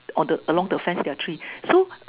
on the along the fence there are three so